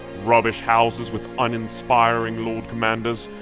rubbish houses with uninspiring lord commanders,